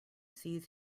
sees